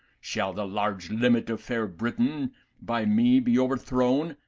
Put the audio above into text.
shall the large limit of fair brittain by me be overthrown,